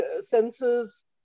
senses